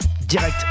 direct